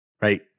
right